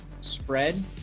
spread